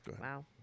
Wow